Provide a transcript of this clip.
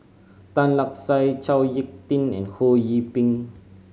Tan Lark Sye Chao Hick Tin and Ho Yee Ping